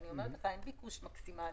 אני אומרת שאין ביקוש מקסימלי.